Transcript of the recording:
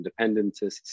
independentists